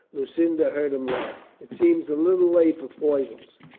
lucinda heard him laugh. it seemed a little late for foibles.